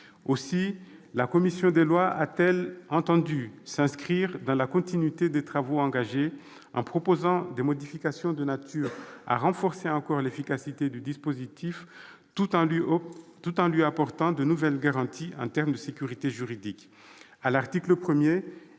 Aussi la commission des lois a-t-elle entendu s'inscrire dans la continuité des travaux engagés, en proposant des modifications de nature à renforcer encore l'efficacité du dispositif tout en lui apportant de nouvelles garanties en termes de sécurité juridique.